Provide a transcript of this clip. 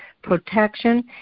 protection